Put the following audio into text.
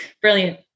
Brilliant